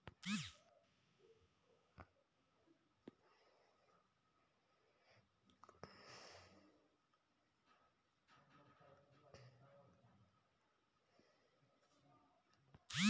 विकास bank निजी क्षेत्र में उद्यमों के प्रोत्साहित करला आउर वित्त उपलब्ध करावला